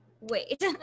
wait